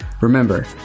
remember